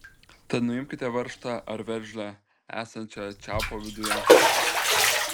tada nuimkite varžtą ar veržlę esančią čiaupo viduje